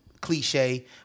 cliche